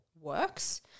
works